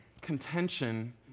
contention